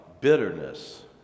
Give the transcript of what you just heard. bitterness